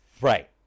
Right